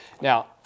Now